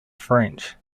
french